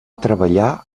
treballar